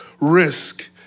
risk